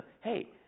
hey